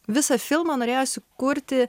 visą filmą norėjosi kurti